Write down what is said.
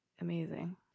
amazing